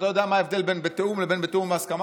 אתה יודע מה ההבדל בין "בתיאום" לבין "בתיאום והסכמה"?